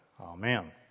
Amen